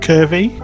Curvy